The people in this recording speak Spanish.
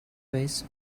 vez